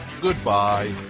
goodbye